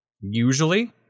Usually